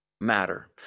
matter